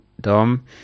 Dom